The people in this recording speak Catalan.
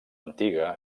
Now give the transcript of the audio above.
antiga